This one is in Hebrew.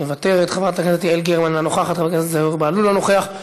אינו נוכח, חבר הכנסת מסעוד גנאים, אינו נוכח,